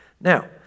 Now